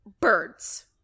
birds